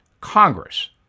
Congress